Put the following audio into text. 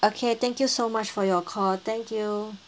okay thank you so much for your call thank you